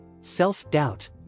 Self-doubt